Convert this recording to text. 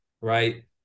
right